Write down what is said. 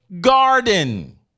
garden